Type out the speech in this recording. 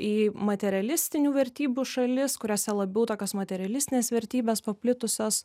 į materialistinių vertybių šalis kuriose labiau tokios materialistinės vertybės paplitusios